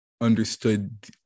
understood